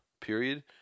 period